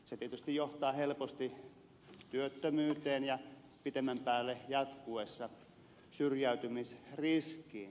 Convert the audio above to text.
se tietysti johtaa helposti työttömyyteen ja pitemmän päälle jatkuessaan syrjäytymisriskiin